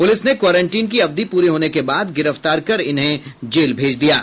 police ने quarantine की अवधि प्ररी होने के बाद गिरफ्तार कर इन्हें जेल भेज दिया है